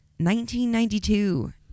1992